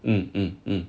mm mm mm